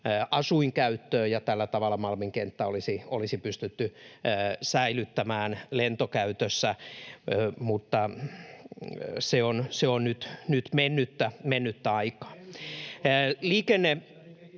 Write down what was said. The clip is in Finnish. asuinkäyttöön. Tällä tavalla Malmin kenttä olisi pystytty säilyttämään lentokäytössä. Mutta se on nyt mennyttä aikaa.